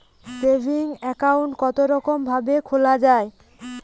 Saving account কতরকম ভাবে খোলা য়ায়?